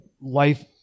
life